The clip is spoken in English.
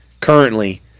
currently